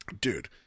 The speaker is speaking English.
Dude